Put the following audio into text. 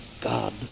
God